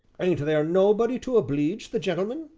ain't there nobody to obleege the gentleman?